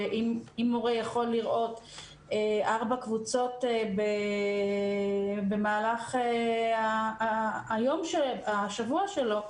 שאם מורה יכול לראות ארבע קבוצות במהלך השבוע שלו,